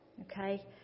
Okay